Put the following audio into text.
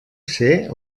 ser